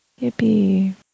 Yippee